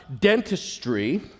dentistry